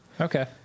Okay